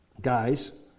guys